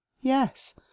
Yes